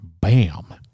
bam